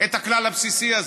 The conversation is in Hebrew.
את הכלל הבסיסי הזה,